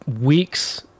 weeks